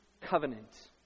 covenant